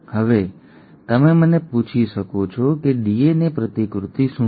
હવે તમે મને પૂછી શકો છો કે ડીએનએ પ્રતિકૃતિ શું છે